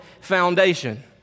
foundation